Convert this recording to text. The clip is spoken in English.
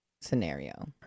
scenario